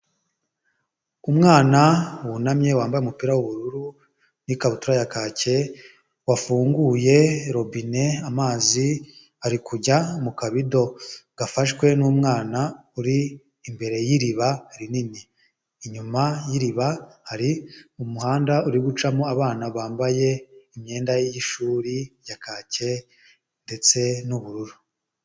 Umwana wunamye wambaye umupira w'ubururu n'ikabutura ya kake wafunguye robine amazi ari kujya mu kabido gafashwe n'umwana uri imbere y'iriba rinini. Inyuma y'iriba hari umuhanda uri gucamo abana bambaye imyenda y'ishuri ya kake ndetse n'ubururu.